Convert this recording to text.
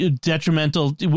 detrimental